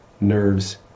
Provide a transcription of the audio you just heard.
Nerves